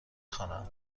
خوانم